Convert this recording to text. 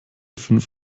fünf